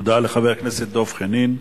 תודה לחבר הכנסת דב חנין.